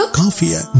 coffee